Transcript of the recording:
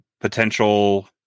potential